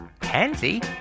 pansy